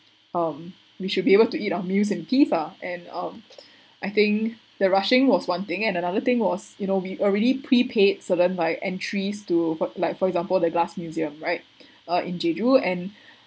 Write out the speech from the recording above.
um we should be able to eat our meals and tea ah and um I think the rushing was one thing and another thing was you know we already prepaid certain like entries to for like for example the glass museum right uh in jeju and